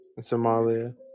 Somalia